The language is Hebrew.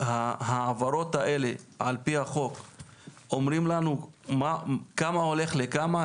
העברות האלה על פי החוק אומרים לנו כמה הולך לכמה?